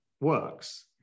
works